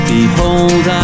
Behold